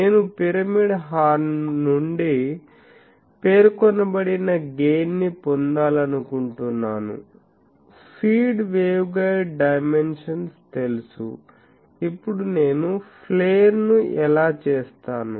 నేను pyramid horn నుండి పేర్కొనబడిన గెయిన్ ని పొందాలనుకుంటున్నాను ఫీడ్ వేవ్గైడ్ డైమెన్షన్స్ తెలుసు ఇప్పుడు నేను ప్లేర్ ను ఎలా చేస్తాను